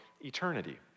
eternity